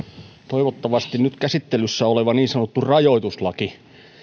toivottavasti nyt käsittelyssä oleva niin sanottu rajoituslaki